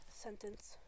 sentence